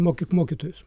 mokyk mokytojus